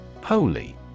Holy